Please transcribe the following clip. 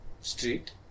street